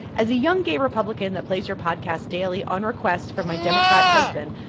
as a young gay republican that plays your podcast daily on request from my democrat husband,